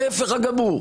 ההפך הגמור,